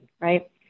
right